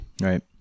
right